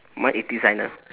mine is designer